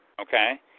okay